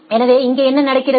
எனவே இங்கே என்ன நடக்கிறது